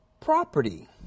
property